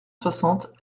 soixante